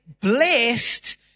blessed